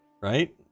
right